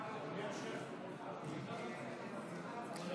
ומשפט נתקבלה.